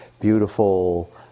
beautiful